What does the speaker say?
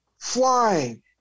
flying